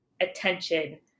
attention